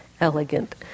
elegant